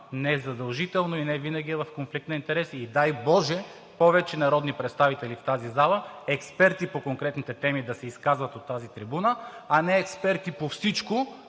не задължително и не винаги е в конфликт на интереси. Дай боже, повече народни представители в тази зала – експерти по конкретните теми, да се изказват от тази трибуна, а не експерти по всичко